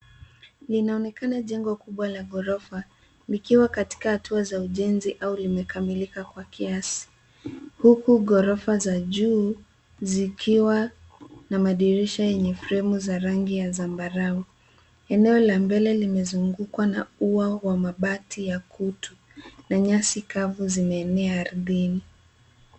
Linaonekana jengo kubwa la ghorofa likiwa katika hatua za ujenzi au limekamilika kwa kiasi huku ghorofa za juu zikiwa na madirisha yenye fremu za rangi ya zambarau. Eneo la mbele limezungukwa na ua wa mabati ya kutu na nyasi kavu zimeenea ardhini.